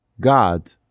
God